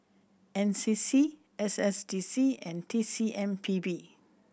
N C C S S D C and T C M P B